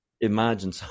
imagine